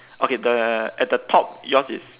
okay the at the top yours is